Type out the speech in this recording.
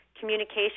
communication